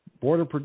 Border